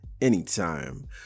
anytime